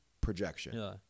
projection